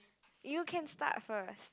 you can start first